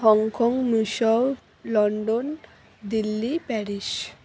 Hong Kong মিশর London Delhi Paris